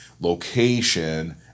location